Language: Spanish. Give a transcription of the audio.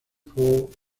ford